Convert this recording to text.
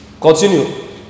Continue